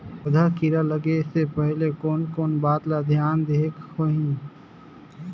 पौध ला कीरा लगे से पहले कोन कोन बात ला धियान देहेक होही?